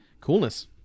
Coolness